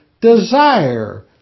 desire